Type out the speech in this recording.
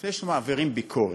לפני שמעבירים ביקורת,